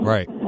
Right